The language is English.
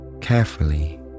Carefully